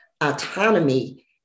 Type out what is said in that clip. Autonomy